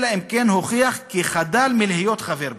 אלא אם כן הוכיח כי חדל מלהיות חבר בו".